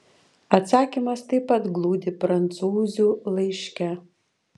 atsakymas taip pat glūdi prancūzių laiške